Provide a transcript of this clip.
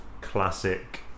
classic